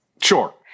Sure